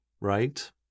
Right